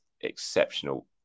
exceptional